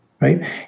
Right